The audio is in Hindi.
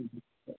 जी सर